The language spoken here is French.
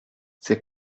c’est